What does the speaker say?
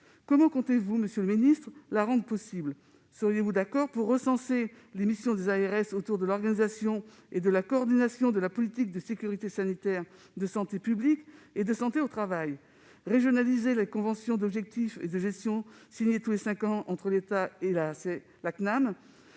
comment comptez-vous les rendre possibles ? Seriez-vous d'accord pour recentrer les missions des ARS autour de l'organisation et de la coordination de la politique de sécurité sanitaire, de santé publique et de santé au travail, régionaliser la convention d'objectifs et de gestion signée tous les cinq ans entre l'État et la Caisse